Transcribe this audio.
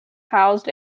housed